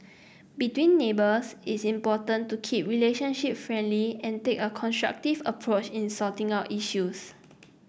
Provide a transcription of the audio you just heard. between neighbours it's important to keep relationship friendly and take a constructive approach in sorting out issues